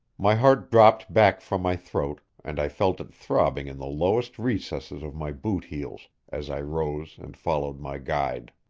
my heart dropped back from my throat, and i felt it throbbing in the lowest recesses of my boot-heels as i rose and followed my guide.